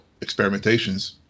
experimentations